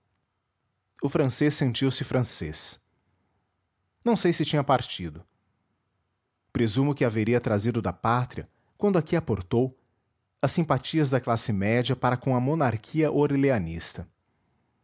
de francês sentiu-se francês não sei se tinha partido presumo que haveria trazido da pátria quando aqui aportou as simpatias da classe média para com a monarquia